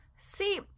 See